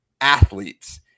athletes